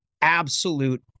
absolute